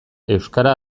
euskara